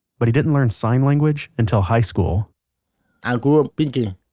but he didn't learn sign language until high school i grew up speaking.